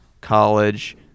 College